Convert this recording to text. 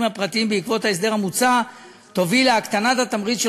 הפרטיים בעקבות ההסדר המוצע תוביל להקטנת התמריץ של